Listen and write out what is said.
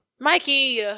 Mikey